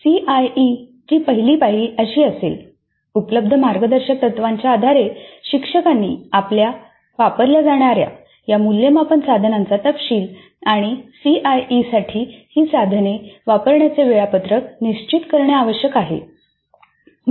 सीआयईची पहिली पायरी अशी असेलः उपलब्ध मार्गदर्शक तत्त्वांच्या आधारे शिक्षकांनी वापरल्या जाणाऱ्या या मूल्यमापन साधनांचा तपशील आणि सीआयईसाठी ही साधने वापरण्याचे वेळापत्रक निश्चित करणे आवश्यक आहे